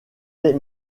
est